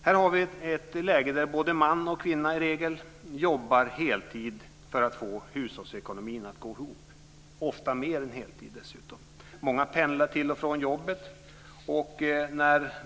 Här har vi ett läge där både man och kvinna i regel jobbar heltid för att få hushållsekonomin att gå ihop - ofta mer än heltid dessutom. Många pendlar till och från jobbet.